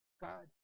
God